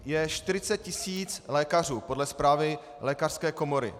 Je 40 tisíc lékařů podle zprávy lékařské komory.